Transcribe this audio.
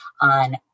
on